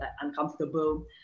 uncomfortable